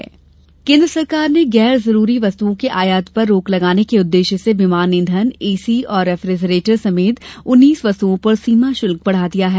आयात शुल्क केन्द्र सरकार ने गैर जरूरी वस्तुओं के आयात पर रोक लगाने के उद्देश्य से विमान ईंधन एसी और रेफ्रिजरेटर समेत उन्नीस वस्तुओं पर सीमा शुल्क बढ़ा दिया है